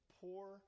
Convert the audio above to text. poor